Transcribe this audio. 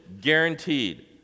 guaranteed